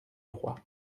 froid